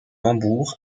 hambourg